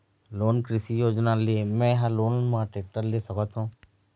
कोन कृषि योजना ले मैं हा लोन मा टेक्टर ले सकथों?